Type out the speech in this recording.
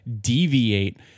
deviate